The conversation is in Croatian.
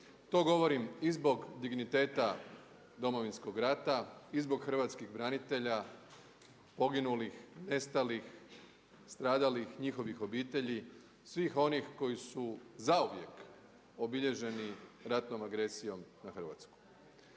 To govorim i zbog digniteta Domovinskog rata i zbog hrvatskih branitelja, poginulih, nestalih, stradalih njihovih obitelji svih onih koji su zauvijek obilježeni ratnom agresijom na Hrvatsku.